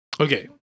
Okay